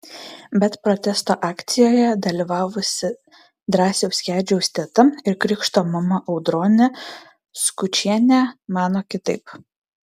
bet protesto akcijoje dalyvavusi drąsiaus kedžio teta ir krikšto mama audronė skučienė mano kitaip